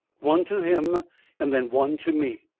one to him and then one to me.